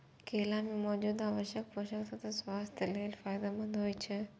केला मे मौजूद आवश्यक पोषक तत्व स्वास्थ्य लेल फायदेमंद होइ छै